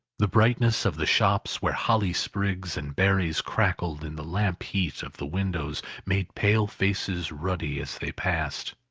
the brightness of the shops where holly sprigs and berries crackled in the lamp heat of the windows, made pale faces ruddy as they passed.